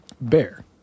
bear